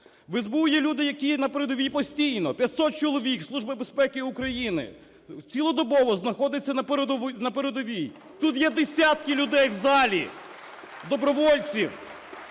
В СБУ є люди, які на передовій постійно, 500 чоловік Служби безпеки України цілодобово знаходиться на передовій. Тут є десятки людей в залі, добровольців,